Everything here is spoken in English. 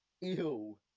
Ew